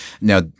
Now